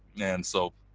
and so